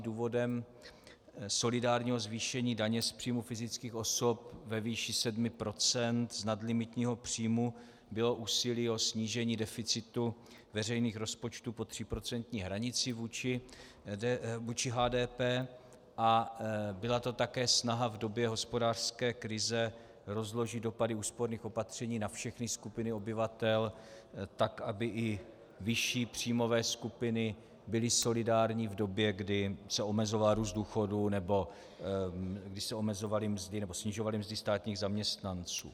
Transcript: Důvodem solidárního zvýšení daně z příjmů fyzických osob ve výši 7 % z nadlimitního příjmu bylo úsilí o snížení deficitu veřejných rozpočtů pod tříprocentní hranicí vůči HDP a byla to také snaha v době hospodářské krize rozložit dopady úsporných opatření na všechny skupiny obyvatel, aby i vyšší příjmové skupiny byly solidární v době, kdy se omezoval růst důchodů, kdy se snižovaly mzdy státních zaměstnanců.